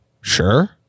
Sure